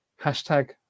Hashtag